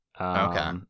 Okay